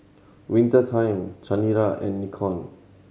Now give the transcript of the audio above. Winter Time Chanira and Nikon